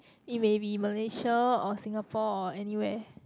it may be Malaysia or Singapore or anywhere